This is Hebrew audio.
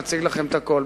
נציג לכם את הכול,